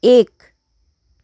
एक